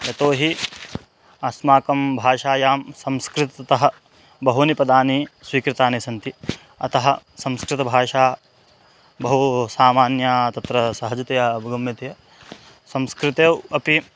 यतो हि अस्माकं भाषायां संस्कृततः बहूनि पदानि स्वीकृतानि सन्ति अतः संस्कृतभाषा बहु सामान्या तत्र सहजतया अवगम्यते संस्कृतौ अपि